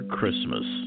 Christmas